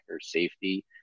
safety